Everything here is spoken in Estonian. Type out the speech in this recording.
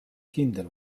kindel